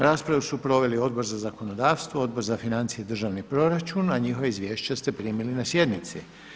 Raspravu su proveli Odbor za zakonodavstvo, Odbor za financije i državni proračun a njihova izvješća ste primili na sjednici.